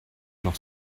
noch